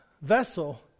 vessel